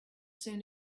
soon